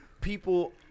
people